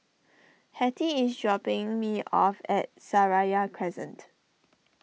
Hattie is dropping me off at Seraya Crescent